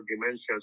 dementia